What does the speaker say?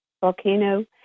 Volcano